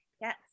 Yes